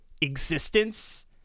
existence